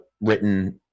written